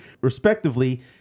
respectively